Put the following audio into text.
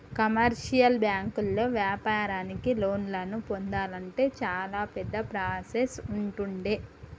commercial బ్యాంకుల్లో వ్యాపారానికి లోన్లను పొందాలంటే చాలా పెద్ద ప్రాసెస్ ఉంటుండే